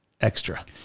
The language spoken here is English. extra